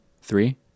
Three